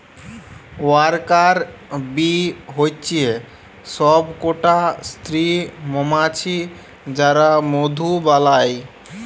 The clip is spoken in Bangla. ওয়ার্কার বী হচ্যে সব কটা স্ত্রী মমাছি যারা মধু বালায়